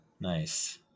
Nice